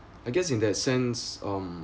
I guess in that sense um